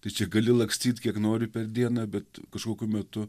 tai čia gali lakstyt kiek nori per dieną bet kažkokiu metu